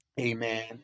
Amen